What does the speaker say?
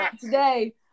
today